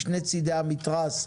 משני צידי המתרס.